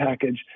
package